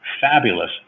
fabulous